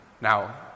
Now